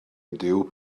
ydyw